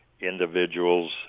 individuals